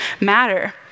matter